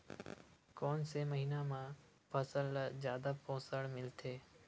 कोन से महीना म फसल ल जादा पोषण मिलथे?